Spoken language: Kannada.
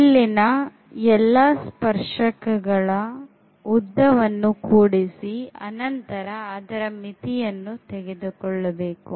ಇಲ್ಲಿನ ಎಲ್ಲಾ ಸ್ಪರ್ಶಕಗಳ ಉದ್ದವನ್ನು ಕೂಡಿಸಿ ಅನಂತರ ಅದರ ಮಿತಿಯನ್ನು ತೆಗೆದುಕೊಳ್ಳಬೇಕು